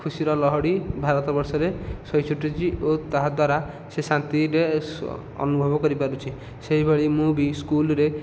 ଖୁସିର ଲହଡ଼ି ଭାରତ ବର୍ଷରେ ସୁଅ ଛୁଟୁଛି ଓ ତାହାଦ୍ୱାରା ସେ ଶାନ୍ତିରେ ଅନୁଭବ କରିପାରୁଛି ସେହିଭଳି ମୁଁ ବି ସ୍କୁଲରେ